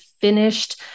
finished